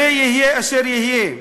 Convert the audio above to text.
הרי יהיה אשר יהיה,